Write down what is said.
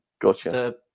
Gotcha